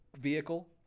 vehicle